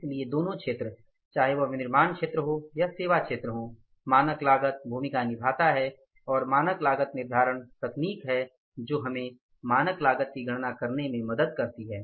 इसलिए दोनों क्षेत्र चाहे वह विनिर्माण क्षेत्र हो या सेवा क्षेत्र हो मानक लागत भूमिका निभाता है और मानक लागत निर्धारण तकनीक है जो हमें मानक लागत की गणना करने में मदद करती है